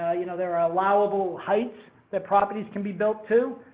ah you know, there are allowable heights that properties can be built to.